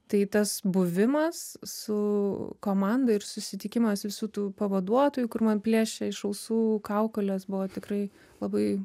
tai tas buvimas su komanda ir susitikimas visų tų pavaduotojų kur man plėšė iš ausų kaukoles buvo tikrai labai